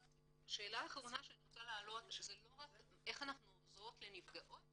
שאלה אחרונה שאני רוצה להעלות זה לא רק איך אנחנו עוזרות לנפגעות,